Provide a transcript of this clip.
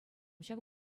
ҫав